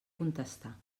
contestar